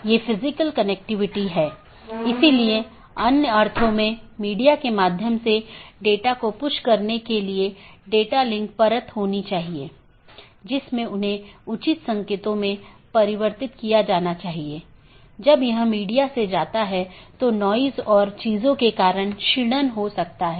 तो इसके लिए कुछ आंतरिक मार्ग प्रोटोकॉल होना चाहिए जो ऑटॉनमस सिस्टम के भीतर इस बात का ध्यान रखेगा और एक बाहरी प्रोटोकॉल होना चाहिए जो इन चीजों के पार जाता है